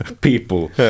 people